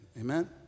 Amen